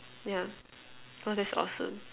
yeah so that's awesome